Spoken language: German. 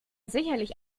sicherlich